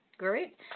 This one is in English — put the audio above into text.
Great